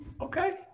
Okay